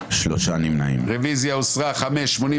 אזרחי מדינת ישראל פשוט חשופים